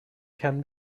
can